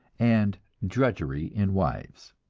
and drudgery in wives.